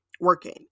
working